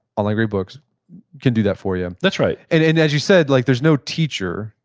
online great books can do that for you that's right and and as you said, like there's no teacher.